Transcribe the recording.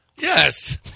Yes